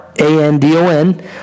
A-N-D-O-N